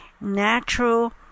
natural